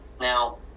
now